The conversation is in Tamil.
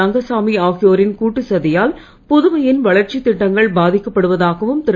ரங்கசாமி ஆகியோரின் கூட்டுச் சதியால் புதுவையின் வளர்ச்சித் திட்டங்கள் பாதிக்கப்படுவதாகவும் திரு